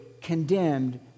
condemned